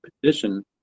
petition